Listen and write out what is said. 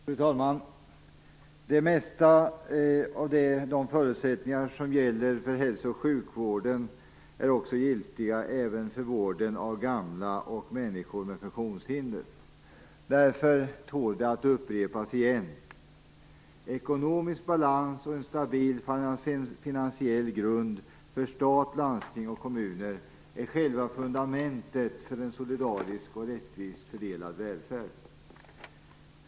Fru talman! Det mesta av de förutsättningar som gäller för hälso och sjukvården är också giltiga för vården av gamla och människor med funktionshinder. Därför tål de att upprepas. Ekonomisk balans och en stabil finansiell grund för stat, landsting och kommuner är själva fundamentet för en solidarisk och rättvist fördelad välfärd.